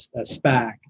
SPAC